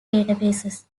databases